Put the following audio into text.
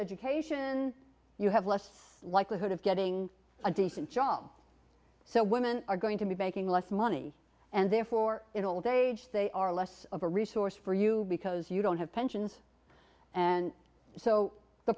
education you have less likelihood of getting a decent job so women are going to be making less money and therefore in old age they are less of a resource for you because you don't have pensions and so the